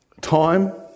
time